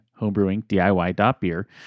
homebrewingdiy.beer